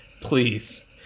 please